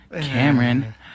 Cameron